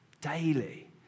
daily